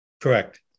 correct